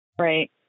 right